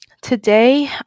today